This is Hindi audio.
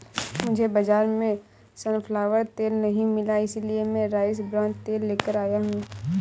मुझे बाजार में सनफ्लावर तेल नहीं मिला इसलिए मैं राइस ब्रान तेल लेकर आया हूं